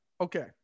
Okay